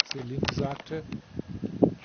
selim sagte